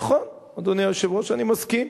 נכון, אדוני היושב-ראש, אני מסכים.